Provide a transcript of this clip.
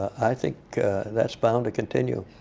i think that's bound to continue.